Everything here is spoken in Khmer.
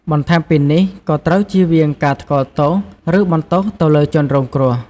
បន្ថែមពីនេះ ក៏ត្រូវជៀសវាងការថ្កោលទោស ឬបន្ទោសទៅលើជនរងគ្រោះ។